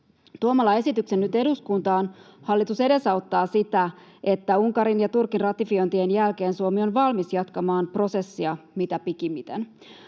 Tuomalla esityksen nyt eduskuntaan hallitus edesauttaa sitä, että Unkarin ja Turkin ratifiointien jälkeen Suomi on valmis jatkamaan prosessia mitä pikimmiten.